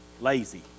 Lazy